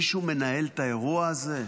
מישהו מנהל את האירוע הזה?